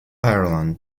ireland